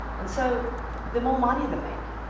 and so the more money they make.